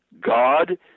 God